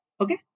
okay